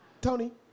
Tony